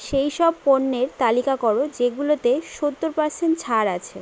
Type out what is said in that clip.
সেইসব পণ্যের তালিকা করো যেগুলোতে সত্তর পার্সেন্ট ছাড় আছে